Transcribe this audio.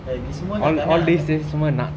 like ni semua nak tak nak